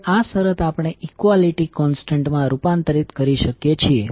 હવે આ શરત આપણે ઇક્વાલિટી કોન્સ્ટન્ટ માં રૂપાંતરિત કરી શકીએ છીએ